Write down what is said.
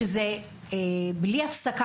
בלי הפסקה,